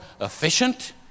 efficient